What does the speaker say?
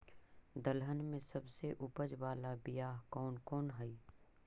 दलहन में सबसे उपज बाला बियाह कौन कौन हइ?